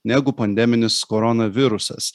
negu pandeminis korona virusas